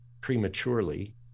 prematurely